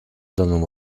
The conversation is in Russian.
данному